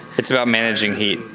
it's about managing heat.